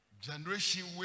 generation